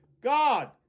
God